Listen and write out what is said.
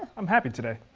i'm happy today.